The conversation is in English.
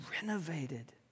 renovated